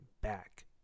back